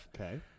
Okay